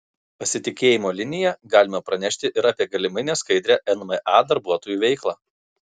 pasitikėjimo linija galima pranešti ir apie galimai neskaidrią nma darbuotojų veiklą